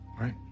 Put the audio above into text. right